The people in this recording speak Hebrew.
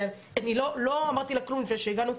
אני לא אמרתי לה כלום לפני שהגענו לפה,